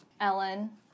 Ellen